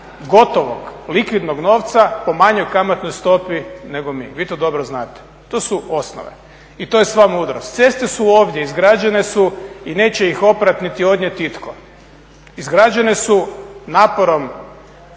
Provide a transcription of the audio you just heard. gotovog likvidnog novca po manjoj kamatnoj stopi nego mi. Vi to dobro znate. To su osnove i to je sva mudrost. Ceste su ovdje, izgrađene su i neće ih oprati niti odnijeti itko. Izgrađene su naporom